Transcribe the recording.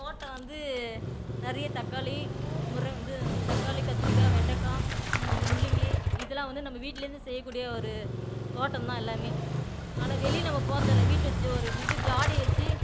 தோட்டம் வந்து நிறைய தக்காளி முருங் இது தக்காளி கத்திரிக்காய் வெண்டக்காய் மு முள்ளங்கி இதெல்லாம் வந்து நம்ம வீட்லேருந்து செய்யக்கூடிய ஒரு தோட்டம் தான் எல்லாமே ஆனால் வெளியில் நம்ம போகிறது இல்லை வீட்டில் ஜோ ஒரு இது ஜாடி வச்சு